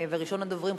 וראשון הדוברים,